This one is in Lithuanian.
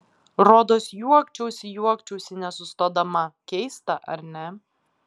rodos juokčiausi juokčiausi nesustodama keista ar ne